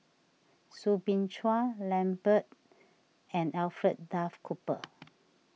Soo Bin Chua Lambert and Alfred Duff Cooper